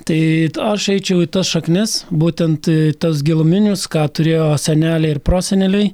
tai aš eičiau į tas šaknis būtent tuos giluminius ką turėjo seneliai ir proseneliai